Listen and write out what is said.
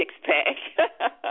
six-pack